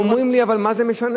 הם אומרים לי: אבל מה זה משנה?